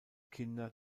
kinder